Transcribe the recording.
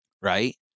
Right